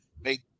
make